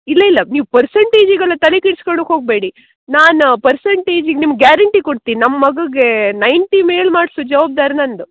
ಇಲ್ಲ ಇಲ್ಲ ನೀವು ಪರ್ಸೆಂಟೇಜಿಗೆಲ್ಲ ತಲೆ ಕೆಡಿಸ್ಕೋಳುಕ್ ಹೋಗಬೇಡಿ ನಾನು ಪರ್ಸೆಂಟೇಜಿಗೆ ನಿಮ್ಗೆ ಗ್ಯಾರೆಂಟಿ ಕೊಡ್ತೀನಿ ನಮ್ಮ ಮಗುಗೇ ನೈನ್ಟಿ ಮೇಲೆ ಮಾಡ್ಸೋ ಜವಾಬ್ದಾರಿ ನಂದು